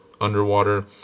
underwater